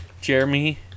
jeremy